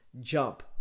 jump